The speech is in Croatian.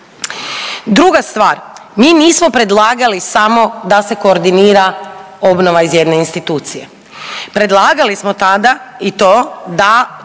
Druga stvar, mi nismo predlagali samo da se koordinira obnova iz jedne institucije, predlagali smo tada i to da